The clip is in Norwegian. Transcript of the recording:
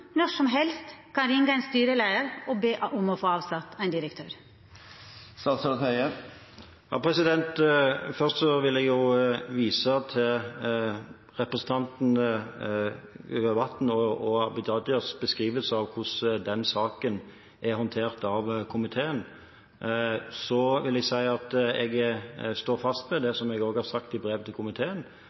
når som helst kan ringja ein styreleiar og be om å få avsett ein direktør? Først vil jeg vise til representantene Grøvans og Rajas beskrivelse av hvordan den saken er håndtert av komiteen. Så vil jeg si at jeg står fast ved det som jeg også har sagt i brevet til komiteen,